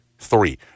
three